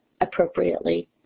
appropriately